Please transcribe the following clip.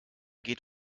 geht